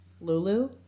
Lulu